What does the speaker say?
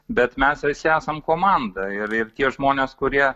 bet mes visi esam komanda ir ir tie žmonės kurie